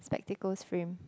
spectacles frame